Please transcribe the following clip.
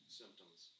symptoms